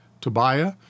Tobiah